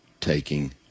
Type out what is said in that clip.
taking